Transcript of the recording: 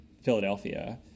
Philadelphia